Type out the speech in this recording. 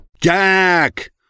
Jack